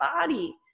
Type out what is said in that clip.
body